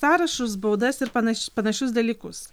sąrašus baudas ir panaš panašius dalykus